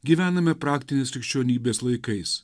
gyvename praktinės krikščionybės laikais